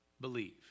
believe